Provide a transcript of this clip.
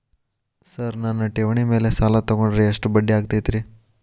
Sir ನನ್ನ ಠೇವಣಿ ಮೇಲೆ ಸಾಲ ತಗೊಂಡ್ರೆ ಎಷ್ಟು ಬಡ್ಡಿ ಆಗತೈತ್ರಿ?